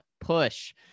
push